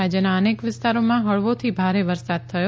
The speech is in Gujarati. રાજ્યના અનેક વિસ્તારોમાં હળવાથી ભારે વરસાદ થયો